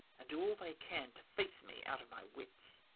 and do all they can to face me out of my wits.